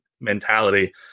mentality